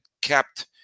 kept